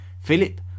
Philip